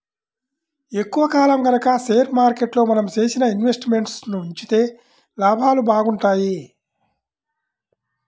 ఎక్కువ కాలం గనక షేర్ మార్కెట్లో మనం చేసిన ఇన్వెస్ట్ మెంట్స్ ని ఉంచితే లాభాలు బాగుంటాయి